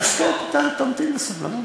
תמתין בסבלנות.